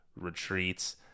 retreats